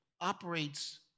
operates